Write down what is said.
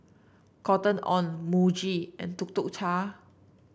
Cotton On Muji and Tuk Tuk Cha